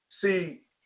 See